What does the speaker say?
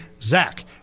Zach